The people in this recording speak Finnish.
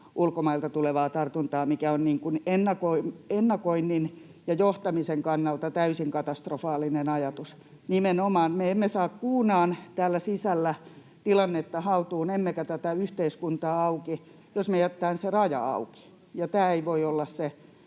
ulkomailta tulevaa tartuntaa, mikä on niin kuin ennakoinnin ja johtamisen kannalta täysin katastrofaalinen ajatus. Nimenomaan me emme saa kuunaan täällä sisällä tilannetta haltuun emmekä tätä yhteiskuntaa auki, jos me jätetään se raja auki, ja tämä ei voi olla